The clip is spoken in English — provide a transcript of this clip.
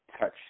touch